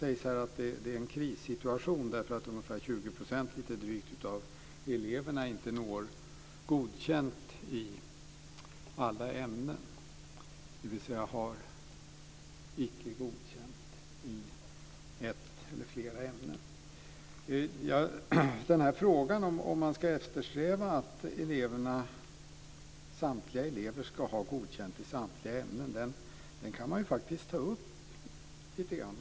Det sägs att det är en krissituation för att ungefär 20 % av eleverna inte når godkänt i alla ämnen - dvs. har icke godkänt i ett eller flera ämnen. Frågan om man ska eftersträva att samtliga elever ska ha godkänt i samtliga ämnen kan man faktiskt ta upp lite grann.